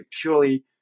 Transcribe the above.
purely